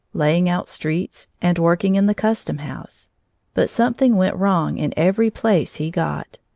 laying out streets, and working in the custom-house but something went wrong in every place he got.